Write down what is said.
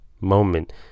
moment